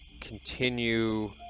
continue